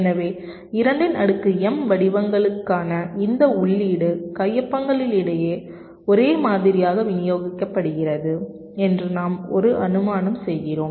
எனவே 2 இன் அடுக்கு m வடிவங்களுக்கான இந்த உள்ளீடு கையொப்பங்களிடையே ஒரே மாதிரியாக விநியோகிக்கப்படுகிறது என்று நாம் ஒரு அனுமானம் செய்கிறோம்